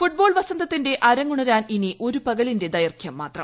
football വസന്തത്തിന്റെ അരങ്ങുണരാൻ ഇനി ഒരു പകലിന്റെ ദൈർഘ്യം മാത്രം